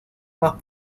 más